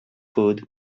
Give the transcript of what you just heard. food